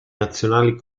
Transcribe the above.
nazionali